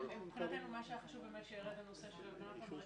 מבחינתנו מה שהיה חשוב באמת שירד הנושא של הלבנת הון.